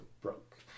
broke